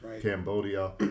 Cambodia